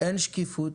אין שקיפות,